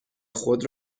خود